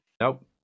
Nope